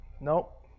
Nope